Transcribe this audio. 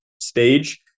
stage